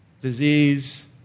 disease